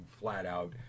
flat-out